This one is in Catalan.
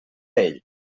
ell